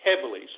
heavily